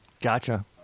gotcha